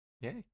Yay